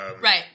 Right